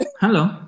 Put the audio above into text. hello